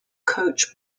coach